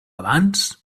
abans